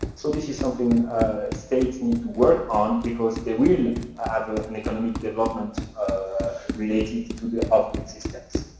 so this is something states need to work on, because they will have ah an economic development related to the off-grid systems.